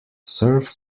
serves